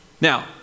Now